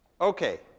Okay